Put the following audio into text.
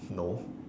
no